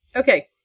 Okay